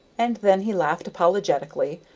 and then he laughed apologetically,